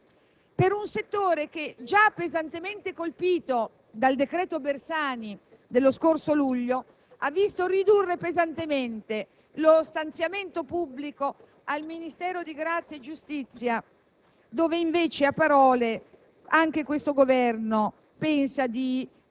una variazione in aumento di 100 milioni di euro per un settore che, già pesantemente colpito dal decreto Bersani dello scorso luglio, ha visto ridurre pesantemente lo stanziamento pubblico al Ministero, che invece a